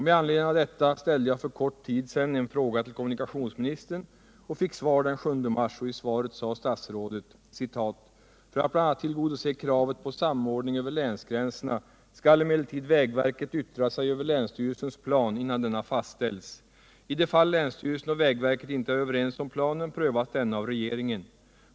Med anledning härav ställde jag för en kort tid sedan en fråga till kommunikationsministern och fick svar den 7 mars. I svaret sade statsrådet bl.a. följande: ”För att bl.a. tillgodose kravet på samordning över länsgränserna skall emellertid vägverket yttra sig över länsstyrelsens plan innan denna fastställs. I det fall länsstyrelsen och vägverket inte är överens om planen prövas denna av regeringen.